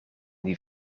die